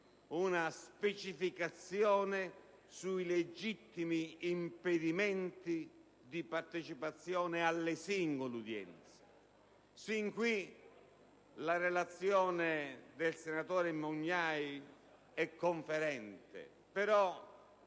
una specificazione sui legittimi impedimenti alla partecipazione alle singole udienze. Sin qui la relazione del senatore Mugnai è conferente;